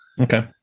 okay